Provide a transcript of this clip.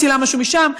מצילה משהו משם.